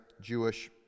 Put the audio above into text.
Jewish